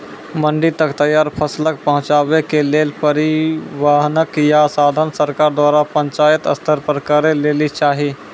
मंडी तक तैयार फसलक पहुँचावे के लेल परिवहनक या साधन सरकार द्वारा पंचायत स्तर पर करै लेली चाही?